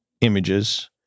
images